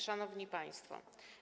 Szanowni Państwo!